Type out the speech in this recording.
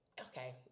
okay